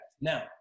now